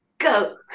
go